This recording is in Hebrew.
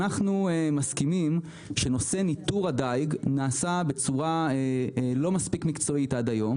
אנחנו מסכימים שנושא ניטור הדיג נעשה בצורה לא מספיק מקצועית עד היום.